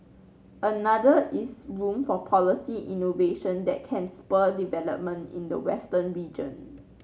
another is room for policy innovation that can spur development in the western region